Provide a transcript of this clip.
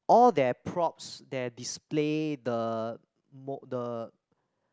all their props their display the m~ the